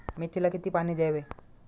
मेथीला किती पाणी द्यावे?